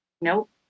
Nope